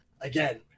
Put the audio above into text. again